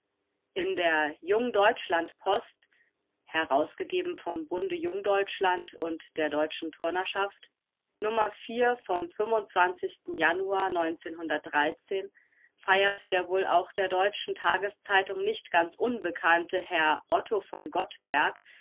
in der jungdeutschland-post herausgegeben vom bunde jungdeutschland und der deutschen turner vom januar feiert der wohl auch der deutschen tageszeitung nicht ganz unbekannte herr otto von gottberg